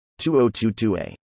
2022a